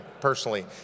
personally